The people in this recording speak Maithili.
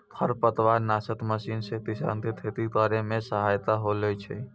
खरपतवार नासक मशीन से किसान के खेती करै मे सहायता होलै छै